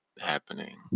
happening